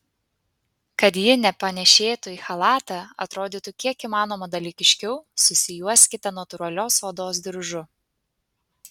kad ji nepanėšėtų į chalatą atrodytų kiek įmanoma dalykiškiau susijuoskite natūralios odos diržu